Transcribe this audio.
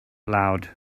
loud